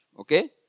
Okay